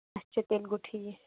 اَچھا تیٚلہِ گوٚو ٹھیٖک